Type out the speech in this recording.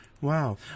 Wow